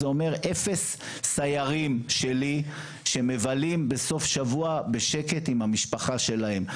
זה אומר אפס סיירים שלי שמבלים בסוף שבוע בשקט עם המשפחה שלהם.